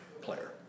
player